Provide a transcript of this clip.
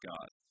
God